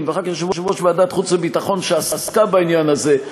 ואחר כך יושב-ראש ועדת חוץ וביטחון שעסקה בעניין הזה,